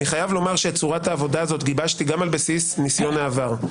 אני חייב לומר שאת צורת העבודה הזאת גיבשתי גם על בסיס ניסיון העבר.